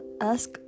ask